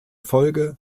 folge